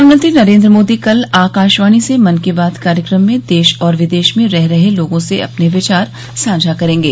प्रधानमंत्री नरेन्द्र मोदी कल आकाशवाणी से मन की बात कार्यक्रम में देश और विदेश में रह रहे लोगों से अपने विचार साझा करेंगे